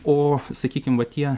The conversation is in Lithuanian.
o sakykim va tie